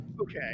Okay